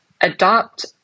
adopt